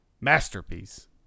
masterpiece